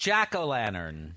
Jack-o'-lantern